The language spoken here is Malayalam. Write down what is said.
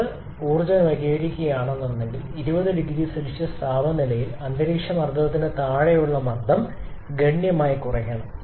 നമുക്ക് ഊ ർജ്ജം കൈവരിക്കണമെങ്കിൽ 20 0C താപനിലയിൽ അന്തരീക്ഷമർദ്ദത്തിന് താഴെയുള്ള മർദ്ദം ഗണ്യമായി കുറയ്ക്കണം